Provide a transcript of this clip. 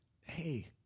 hey